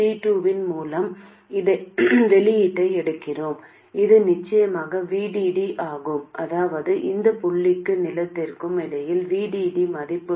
எனவே இந்த இரண்டு டெர்மினல்களுக்கு இடையில் இவை தேடும் நீங்கள் ஒரு எதிர்ப்பைக் காண்பீர்கள் ஏனெனில் இது ஒரு நேரியல் சுற்று என்பதால் எதிர்ப்பாக இருக்கும் ஒன்றை நீங்கள் பார்க்க வேண்டும் அந்த எதிர்ப்பானது ரூட் வெளியீடு தவிர வேறில்லை